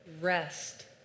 rest